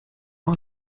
all